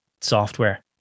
software